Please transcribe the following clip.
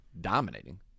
dominating